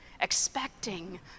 expecting